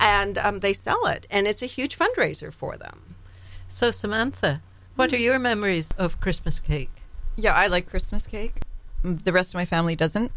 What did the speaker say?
and they sell it and it's a huge fundraiser for them so samantha what are your memories of christmas cake yeah i like christmas cake the rest my family doesn't